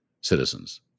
citizens